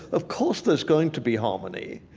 of course there's going to be harmony.